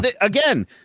again